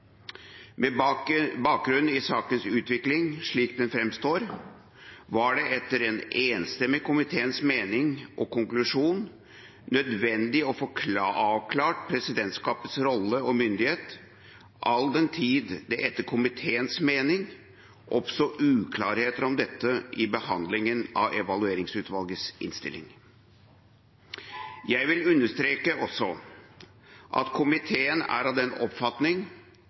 Med bakgrunn i sakens utvikling, slik den framstår, var det etter en enstemmig komités mening og konklusjon nødvendig å få avklart presidentskapets rolle og myndighet, all den tid det etter komiteens mening oppsto uklarheter om dette i behandlingen av Evalueringsutvalgets innstilling. Jeg vil også understreke at komiteen er av den oppfatning